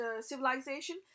civilization